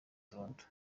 toronto